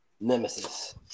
nemesis